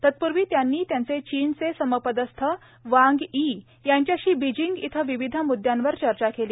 तत्पूर्वी त्यांनी त्यांचे चीनचे समपदस्थ वांग यी यांच्याशी बिजींग इथं विविध म्द्यांवर चर्चा केली